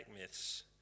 myths